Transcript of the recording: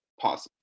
possible